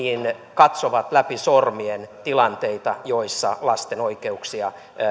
katsovat läpi sormien tilanteita joissa lasten oikeuksia